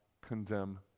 condemn